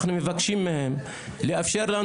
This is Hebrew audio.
אנחנו מבקשים לאפשר לנו